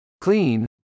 clean